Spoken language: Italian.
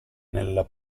nella